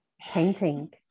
Painting